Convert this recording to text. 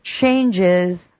changes